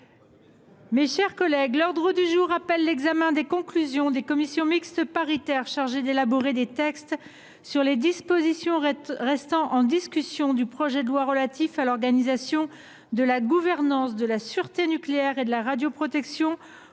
Mes chers collègues, l’ordre du jour appelle l’examen des conclusions des commissions mixtes paritaires chargées d’élaborer un texte sur les dispositions restant en discussion du projet de loi relatif à l’organisation de la gouvernance de la sûreté nucléaire et de la radioprotection